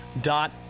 dot